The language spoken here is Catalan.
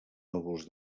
núvols